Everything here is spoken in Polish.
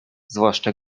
zwłaszcza